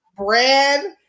Bread